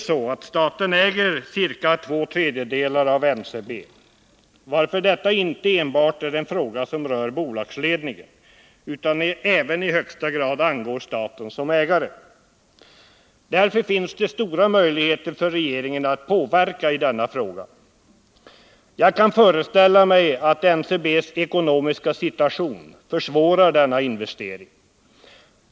Staten äger ju ca två tredjedelar av NCB, varför detta inte enbart är en fråga som rör bolagsledningen utan även i högsta grad angår staten som ägare. Därför finns det stora möjligheter för regeringen att påverka i denna fråga. Jag kan föreställa mig att NCB:s ekonomiska situation försvårar denna investering.